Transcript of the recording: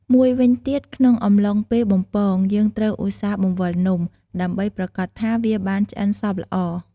មួយវិញទៀត ក្នុងអំឡុងពេលបំពង យើងត្រូវឧស្សាហ៍បង្វិលនំ ដើម្បីប្រាកដថា វាបានឆ្អិនសព្វល្អ។